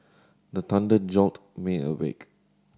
the thunder jolt me awake